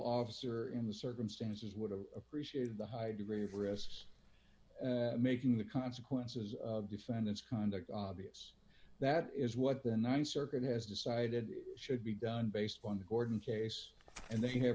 officer in the circumstances would have appreciated the high degree of risks making the consequences of defendant's conduct obvious that is what the th circuit has decided should be done based on the gordon case and they have